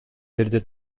жерде